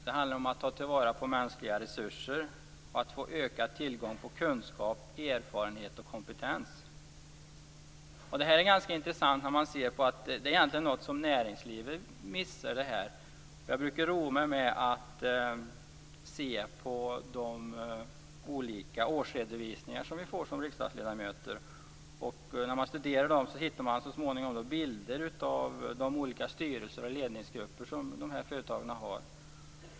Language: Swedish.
Det handlar om att ta till vara mänskliga resurser och att få ökad tillgång till kunskap, erfarenhet och kompetens. Detta är egentligen något som näringslivet missar. Jag brukar roa mig med att se på de olika årsredovisningar som vi får som riksdagsledamöter. När man studerar dem hittar man så småningom bilder på de olika styrelser och ledningsgrupper som de här företagen har.